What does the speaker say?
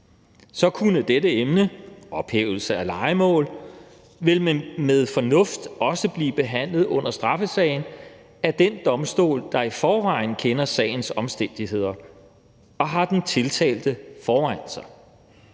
så dette emne – ophævelse af lejemål – kunne vel med fornuft også blive behandlet under straffesagen af den domstol, der i forvejen kender sagens omstændigheder og har den tiltalte foran sig.